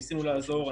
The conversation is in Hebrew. ניסינו לעזור,